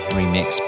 remix